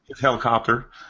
helicopter